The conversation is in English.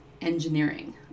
engineering